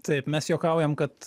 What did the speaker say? taip mes juokaujam kad